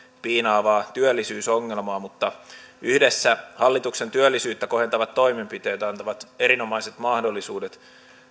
piinaavaa työllisyysongelmaa mutta yhdessä hallituksen työllisyyttä kohentavat toimenpiteet antavat erinomaiset mahdollisuudet